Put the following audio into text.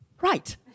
right